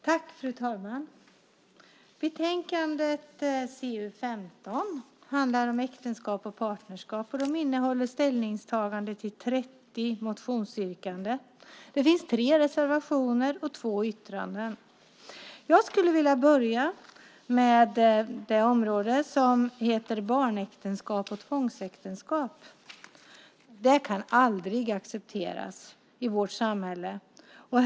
Fru talman! Betänkande CU15 handlar om äktenskap och partnerskap. Det innehåller ställningstaganden till 30 motionsyrkanden. Det finns tre reservationer och två yttranden. Jag skulle vilja börja med det område som gäller barnäktenskap och tvångsäktenskap. Det kan aldrig accepteras i vårt samhälle.